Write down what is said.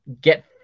get